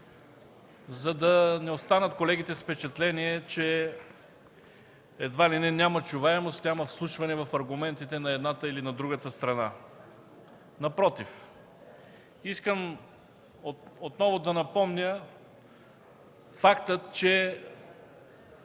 за да не останат колегите с впечатление, че едва ли не няма чуваемост, няма вслушване в аргументите на едната или на другата страна. Напротив. Искам отново да напомня факта, че